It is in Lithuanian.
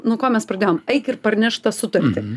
nuo ko mes pradėjom eik ir parnešk tą sutartį